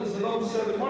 זה לא בסדר כל כך.